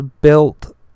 built